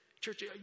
Church